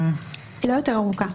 היא לא יותר ארוכה.